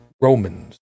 Romans